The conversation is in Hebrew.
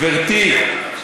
גברתי,